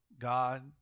God